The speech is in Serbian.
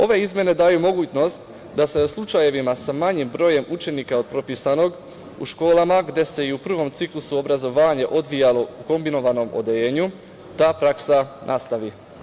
Ove izmene daju mogućnost da se u slučajevima sa manjim brojem učenika od propisanog u školama gde se i u prvom ciklusu obrazovanja odvijala u kombinovanom odeljenju ta praksa nastavi.